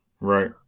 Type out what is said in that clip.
right